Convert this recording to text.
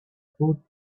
put